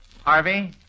Harvey